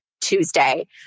Tuesday